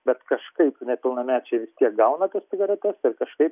bet kažkaip nepilnamečiai vis tiek gauna tas cigaretes kažkaip